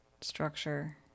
structure